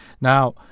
Now